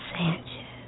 Sanchez